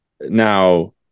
Now